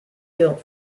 guilt